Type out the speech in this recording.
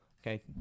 okay